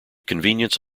convenience